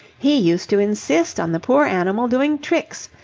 he used to insist on the poor animal doing tricks.